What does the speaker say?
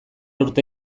urte